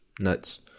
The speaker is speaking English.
nuts